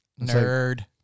Nerd